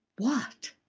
what?